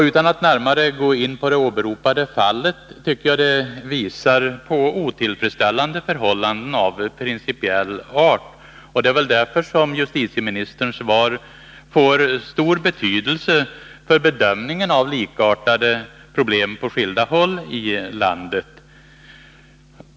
Utan att närmare gå in på det åberopade fallet tycker jag att det visar på förhållanden som ur principiell synpunkt är otillfredsställande. Därför får justitieministerns svar stor betydelse för bedömningen av likartade problem på skilda håll i landet.